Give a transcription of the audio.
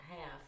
half